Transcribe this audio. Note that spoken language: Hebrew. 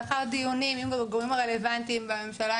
לאחר דיונים עם הגורמים הרלוונטיים בממשלה,